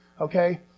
Okay